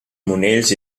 monells